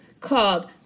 called